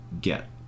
get